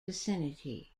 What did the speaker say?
vicinity